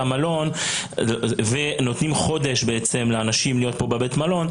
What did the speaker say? המלון ונותנים לאנשים חודש להיות פה בבית המלון.